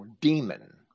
demon